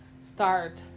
start